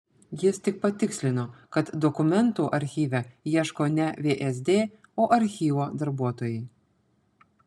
jis tik patikslino kad dokumentų archyve ieško ne vsd o archyvo darbuotojai